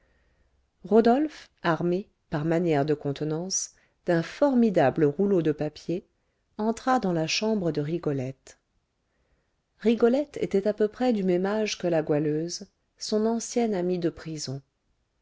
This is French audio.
rodolphe armé par manière de contenance d'un formidable rouleau de papiers entra dans la chambre de rigolette rigolette était à peu près du même âge que la goualeuse son ancienne amie de prison